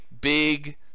big